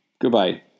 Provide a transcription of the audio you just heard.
Goodbye